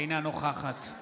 אינה נוכחת זאב